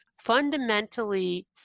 fundamentally